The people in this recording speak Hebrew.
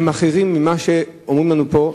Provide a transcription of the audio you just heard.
הם אחרים ממה שאומרים לנו פה.